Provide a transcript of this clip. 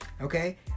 Okay